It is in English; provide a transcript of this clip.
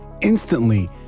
instantly